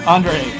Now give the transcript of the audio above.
Andre